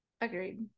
agreed